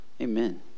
Amen